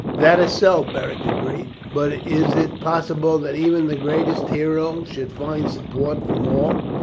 that is so, beric agreed but is it possible that even the greatest hero should find support from all?